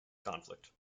conflict